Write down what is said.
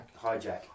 Hijack